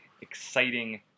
exciting